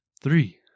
Three